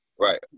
Right